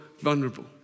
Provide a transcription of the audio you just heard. vulnerable